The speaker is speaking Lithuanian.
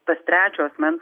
tas trečio asmens